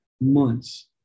months